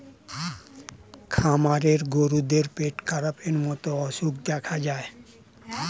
খামারের গরুদের পেটখারাপের মতো অসুখ দেখা যায়